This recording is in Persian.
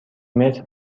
متر